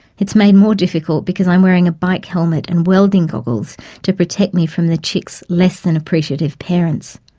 it's made more difficult because i'm wearing a bike helmet and welding goggles to protect me from the chicks' less than appreciative parents.